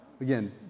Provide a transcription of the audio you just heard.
again